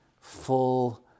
full